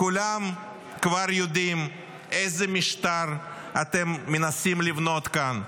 כולם כבר יודעים איזה משטר אתם מנסים לבנות כאן.